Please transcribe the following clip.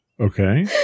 Okay